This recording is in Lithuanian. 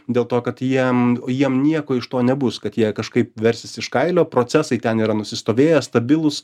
dėl to kad jiem jiem nieko iš to nebus kad jie kažkaip versis iš kailio procesai ten yra nusistovėję stabilūs